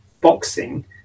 boxing